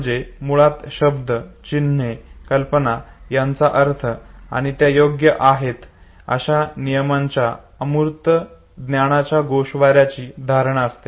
म्हणजे मुळात शब्द चिन्हे कल्पना यांचा अर्थ आणि त्या योग्य आहेत अशा नियमांच्या अमूर्त ज्ञानाच्या गोषवाऱ्याची धारणा असते